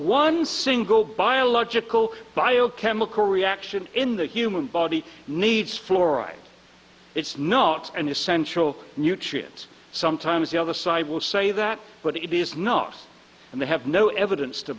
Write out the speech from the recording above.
one single biological bio chemical reaction in the human body needs fluoride it's not an essential nutrients sometimes the other side will say that but it is not and they have no evidence to